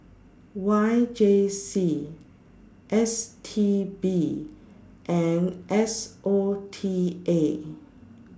Y J C S T B and S O T A